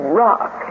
rock